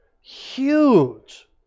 huge